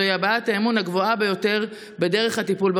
זוהי הבעת האמון הגבוהה ביותר בדרך הטיפול במשבר.